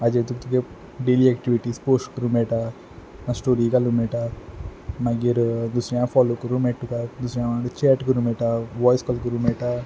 हाजेर तुका तुगेले डेली एक्टिविटीज पोस्ट करूंक मेयटा स्टोरी घालूंक मेयटा मागीर दुसऱ्या फोलो करूंक मेयटा तुका दुसऱ्यां वांगडा चॅट करूंक मेयटा वॉयस कॉल करूंक मेयटा